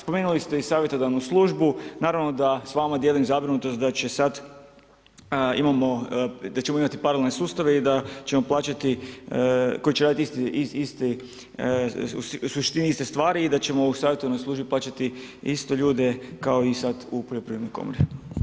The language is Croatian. Spomenuli ste i savjetodavnu službu, naravno da s vama dijelim zabrinutost, da će sada, da ćemo imati paralelne sustave i da ćemo plaćati koji će raditi isti u suštini iste stvari i da ćemo u savjetodavnoj službi plaćati isto ljude kao i sad u Poljoprivrednoj komori.